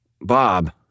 Bob